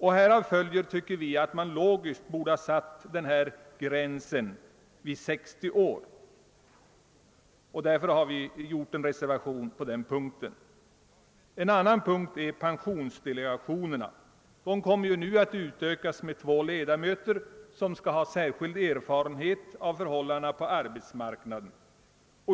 Helt iogiskt borde gränsen ha satts vid 60 år och på denna punkt har vi därför reserverat oss. En annan sak är pensionsdelegationerna som nu kommer att utökas med två ledamöter med särskild erfarenhet av förhållandena på arbetsmarknaden.